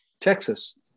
Texas